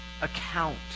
account